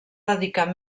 dedicar